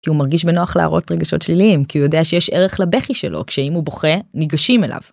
כי הוא מרגיש בנוח להראות רגשות שליליים, כי הוא יודע שיש ערך לבכי שלו, שאם הוא בוכה ניגשים אליו.